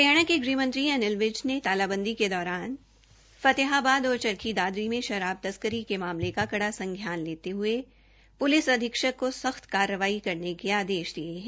हरियाणा के ग़हमंत्री अनिल विज ने तालाबंदी के दौरान फतेहाबाद और चरखी दादरी में शराब तस्करी के मामले का कड़ा संज्ञान लेते हये प्लिस अधीक्षक को सख्त कार्रवाई करने के आदेश दिये है